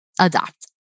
adopt